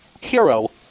hero